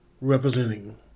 representing